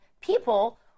people